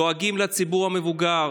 דואגים לציבור המבוגר,